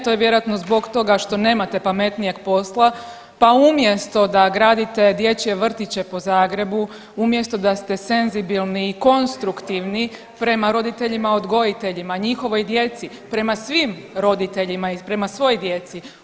To je vjerojatno zbog toga što nemate pametnijeg posla, pa umjesto da gradite dječje vrtiće po Zagrebu, umjesto da ste senzibilni i konstruktivni prema roditeljima odgojiteljima, njihovoj djeci, prema svim roditeljima i prema svoj djeci.